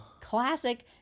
classic